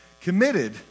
committed